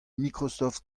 microsoft